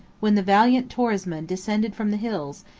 when the valiant torismond descended from the hills,